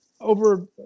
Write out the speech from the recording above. over